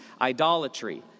idolatry